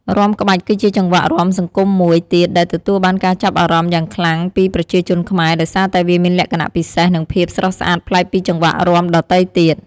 រាំក្បាច់ គឺជាចង្វាក់រាំសង្គមមួយទៀតដែលទទួលបានការចាប់អារម្មណ៍យ៉ាងខ្លាំងពីប្រជាជនខ្មែរ ដោយសារតែវាមានលក្ខណៈពិសេស និងភាពស្រស់ស្អាតប្លែកពីចង្វាក់រាំដទៃទៀត។